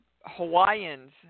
Hawaiians